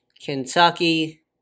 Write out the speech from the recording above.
Kentucky